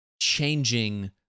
changing